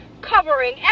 covering